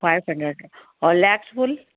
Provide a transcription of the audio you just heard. five hundred और legs full